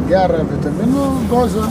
geriam vitaminų dozę